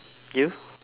you